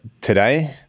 Today